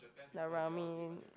their Ramen